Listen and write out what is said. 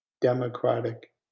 Democratic